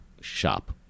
shop